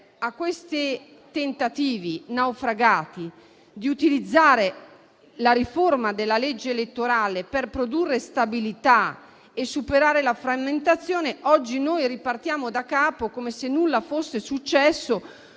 a questi tentativi - naufragati - di utilizzare la riforma della legge elettorale per produrre stabilità e superare la frammentazione, oggi ripartiamo da capo, come se nulla fosse successo,